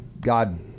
God